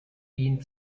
ihn